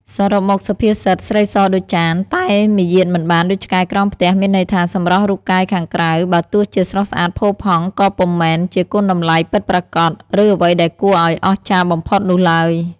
សរុបមក សុភាសិត "ស្រីសដូចចាន តែមាយាទមិនបានដូចឆ្កែក្រោមផ្ទះ" មានន័យថា សម្រស់រូបកាយខាងក្រៅ បើទោះជាស្រស់ស្អាតផូរផង់ ក៏ពុំមែនជាគុណតម្លៃពិតប្រាកដ ឬអ្វីដែលគួរឱ្យអស្ចារ្យបំផុតនោះឡើយ។